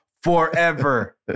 forever